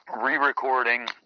re-recording